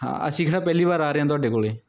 ਹਾਂ ਅਸੀਂ ਕਿਹੜਾ ਪਹਿਲੀ ਵਾਰ ਆ ਰਹੇ ਹਾਂ ਤੁਹਾਡੇ ਕੋਲ